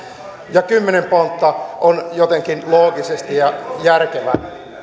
ja kymmenen pontta on jotenkin loogista ja järkevää tässä energia